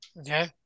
okay